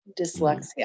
dyslexia